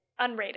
Unrated